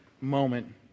moment